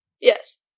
Yes